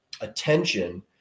attention